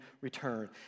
return